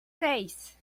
seis